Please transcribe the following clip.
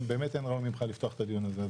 באמת אין ראוי ממך לפתוח את הדיון הזה.